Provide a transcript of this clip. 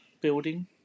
building